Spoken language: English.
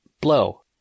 Blow